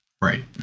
Right